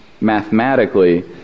mathematically